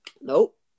Nope